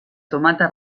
tomata